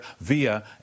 via